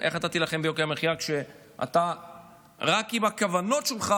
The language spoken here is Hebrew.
איך אתה תילחם ביוקר המחיה כשרק עם הכוונות שלך